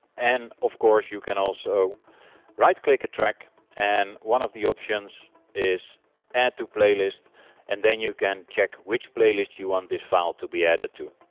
and off course you can also right click a track and one of the options is add to playlist and then you can check which playlist you want this file to be added to.